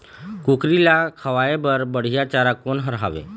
कुकरी ला खवाए बर बढीया चारा कोन हर हावे?